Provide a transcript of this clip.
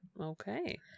okay